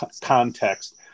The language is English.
context